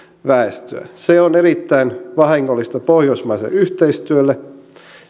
väestöä se on erittäin vahingollista pohjoismaiselle yhteistyölle